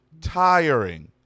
tiring